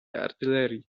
artylerii